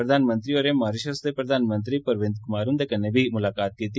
प्रधानमंत्री होरें मारिशस दे प्रधानमंत्री परविन्द कुमार हुन्दे कन्नै बी मुलाकात कीती